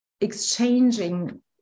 exchanging